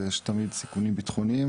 ויש תמיד סיכונים בטחוניים